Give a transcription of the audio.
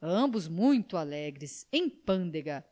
ambos muito alegres em pândega